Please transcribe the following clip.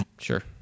Sure